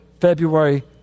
February